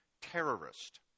terrorist